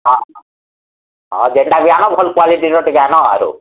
ହଁ ଯେଣ୍ଟା ବି ଆଣ ଭଲ୍ କ୍ୱାଲିଟିର ଟିକେ ଆଣ ଆରୁ